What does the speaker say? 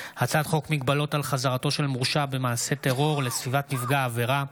הצעת חוק מגבלות על חזרתו של מורשע במעשה טרור לסביבת נפגע העבירה,